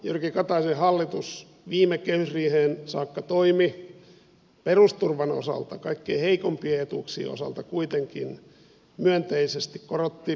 jyrki kataisen hallitus viime kehysriiheen saakka toimi perusturvan osalta kaikkein heikoimpien etuuksien osalta kuitenkin myönteisesti